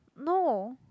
no